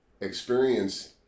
experience